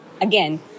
again